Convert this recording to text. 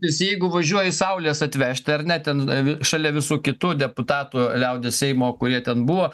nes jeigu važiuoji saulės atvežti ar ne ten šalia visų kitų deputatų liaudies seimo kurie ten buvo